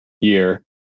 year